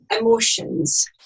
emotions